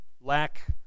lack